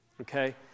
okay